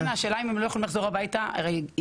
השאלה אם הם לא יכולים לחזור הביתה או שגם